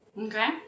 Okay